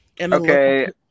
Okay